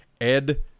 Ed